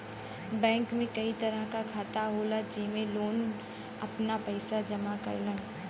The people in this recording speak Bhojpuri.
बैंक में कई तरह क खाता होला जेमन लोग आपन पइसा जमा करेलन